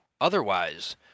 Otherwise